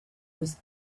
was